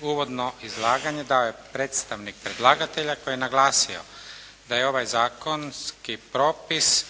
Uvodno izlaganje dao je predsjednik predlagatelja koji je naglasio da je ovaj zakonski propis